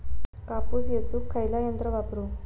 कापूस येचुक खयला यंत्र वापरू?